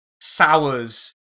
sours